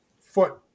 foot